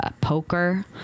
poker